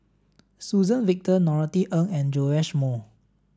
Suzann Victor Norothy Ng and Joash Moo